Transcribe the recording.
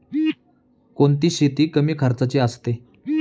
कोणती शेती कमी खर्चाची असते?